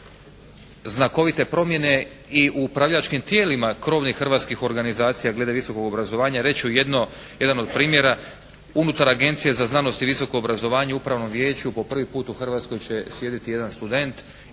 znakovite promjene i u upravljačkim tijelima krovnih hrvatskih organizacija glede visokog obrazovanja. Reći ću jedan od primjera. Unutar Agencije za znanost i visoko obrazovanje u upravnom vijeću po prvi puta u Hrvatskoj će sjediti jedan student